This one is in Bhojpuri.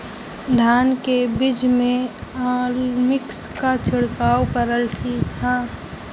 धान के बिज में अलमिक्स क छिड़काव करल ठीक ह?